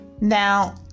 Now